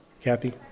Kathy